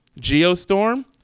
Geostorm